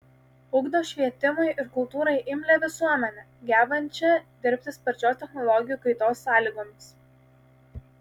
ugdo švietimui ir kultūrai imlią visuomenę gebančią dirbti sparčios technologijų kaitos sąlygomis